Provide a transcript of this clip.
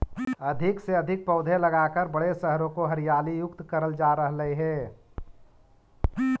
अधिक से अधिक पौधे लगाकर बड़े शहरों को हरियाली युक्त करल जा रहलइ हे